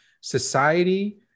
society